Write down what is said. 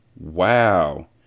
Wow